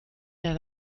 der